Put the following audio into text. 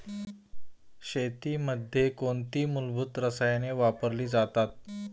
शेतीमध्ये कोणती मूलभूत रसायने वापरली जातात?